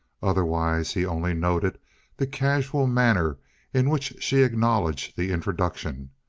otherwise, he only noted the casual manner in which she acknowledged the introduction,